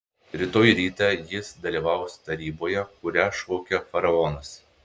rytoj rytą jis dalyvaus taryboje kurią šaukia faraonas